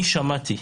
שמעתי,